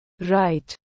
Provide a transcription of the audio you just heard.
Right